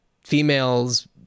females